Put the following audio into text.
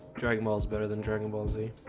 dragon balls better than dragon ball z.